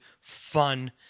fun